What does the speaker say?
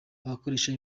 abakoresha